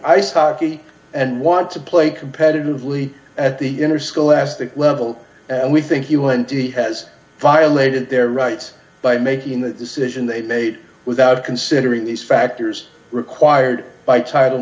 ice hockey and want to play competitively at the interscholastic level and we think you won t has violated their rights by making the decision they made without considering these factors required by title